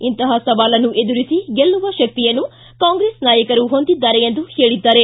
ಇಂತಹ ಸವಾಲನ್ನು ಎದುರಿಸಿ ಗೆಲ್ಲುವ ಶಕ್ತಿಯನ್ನು ಕಾಂಗ್ರೆಸ್ ನಾಯಕರು ಹೊಂದಿದ್ದಾರೆ ಎಂದು ಹೇಳಿದ್ದಾರೆ